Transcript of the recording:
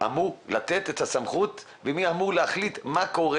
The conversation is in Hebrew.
אמור לתת את הסמכות ומי אמור להחליט מה קורה?